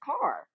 car